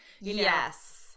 Yes